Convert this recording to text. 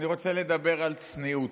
אני רוצה לדבר על צניעות.